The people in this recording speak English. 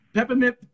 Peppermint